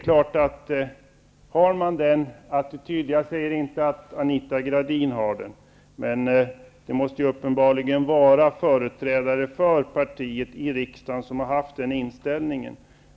Jag säger inte att Anita Gradin har den attityden. Men det måste uppenbarligen vara företrädare för partiet i riksdagen som har haft den inställningen.